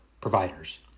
providers